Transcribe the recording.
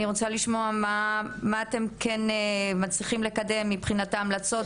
אני רוצה לשמוע מה אתם כן מצליחים לקדם מבחינת ההמלצות,